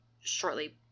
shortly